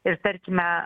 ir tarkime